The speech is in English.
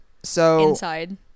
inside